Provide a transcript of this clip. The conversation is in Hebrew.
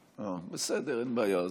בסדר, אין בעיה.